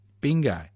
Bingo